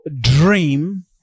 dream